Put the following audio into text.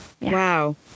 wow